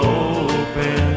open